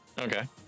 okay